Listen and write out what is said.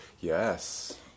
Yes